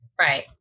Right